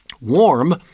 warm